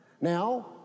Now